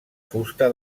fusta